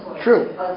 True